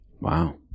Wow